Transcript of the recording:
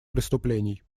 преступлений